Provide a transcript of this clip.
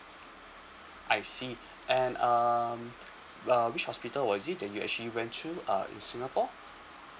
I see and um uh which hospital was is it that you actually went to uh in singapore